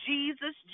Jesus